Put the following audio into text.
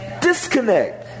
disconnect